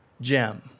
gem